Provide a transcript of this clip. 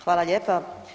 Hvala lijepo.